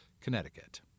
Connecticut